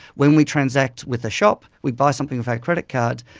when we transact with a shop we buy something with our credit card,